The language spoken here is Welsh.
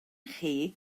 chi